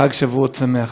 חג שבועות שמח.